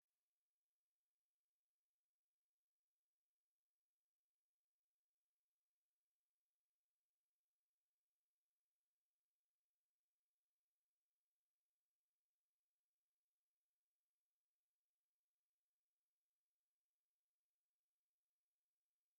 Ahantu hose hakikijwe n'ibiti haba hagaragara neza kandi hari n'umwuka mwiza. Niyo mpamvu ibigo by'amashuri ndetse n'ibindi bigo byose byita ku bana b'incuke, bigomba kuba biri ahantu heza hatuma abana bagira ubuzima bwiza, ndetse buzira indwara.